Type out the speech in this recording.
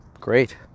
great